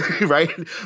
Right